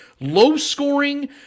low-scoring